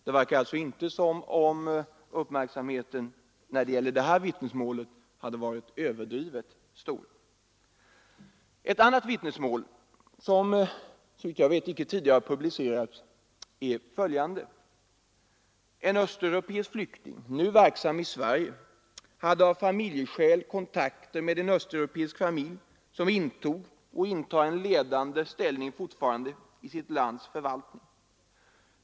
Det verkar alltså inte som om uppmärksamheten när det gäller det här vittnesmålet hade varit överdrivet stor. Ett annat vittnesmål, som såvitt jag vet icke tidigare har publicerats, är följande: En östeuropeisk flykting, nu verksam i Sverige, hade av familjeskäl kontakter med en östeuropeisk familj som intog och fortfarande intar en ledande ställning i sitt lands förvaltning.